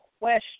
question